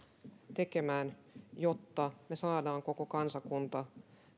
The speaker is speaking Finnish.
tekemään jotta me saamme koko kansakunnan